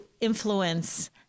influence